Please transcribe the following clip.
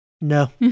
no